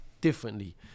differently